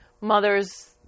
mothers